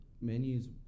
menus